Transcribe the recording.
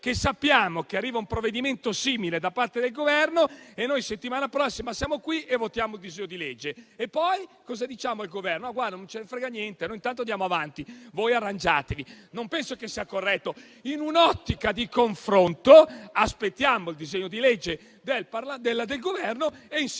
Sappiamo che arriva un provvedimento simile da parte del Governo e la settimana prossima siamo qui e votiamo il disegno di legge. E poi cosa diciamo al Governo? Che non ce ne frega niente, che intanto andiamo avanti, che si arrangiassero? Non penso sia corretto. In un'ottica di confronto aspettiamo il disegno di legge del Governo e insieme